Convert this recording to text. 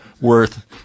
worth